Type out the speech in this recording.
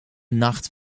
nacht